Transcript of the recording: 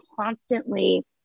constantly